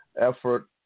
effort